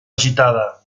agitada